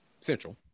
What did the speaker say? Central